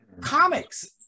comics